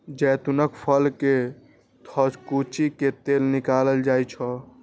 जैतूनक फल कें थकुचि कें तेल निकालल जाइ छै